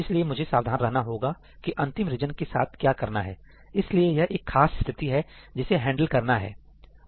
इसलिए मुझे सावधान रहना होगा की अंतिम रीजन के साथ क्या करना है इसलिए यह एक खास स्थिति है जिसे हैंडल करना है